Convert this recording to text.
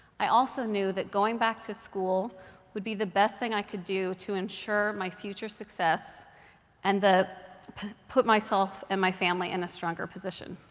i also knew that going back to school would be the best thing i could do to ensure my future success and to put myself and my family in a stronger position.